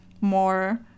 more